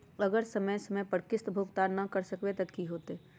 अगर हम समय पर किस्त भुकतान न कर सकवै त की होतै?